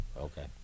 Okay